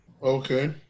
okay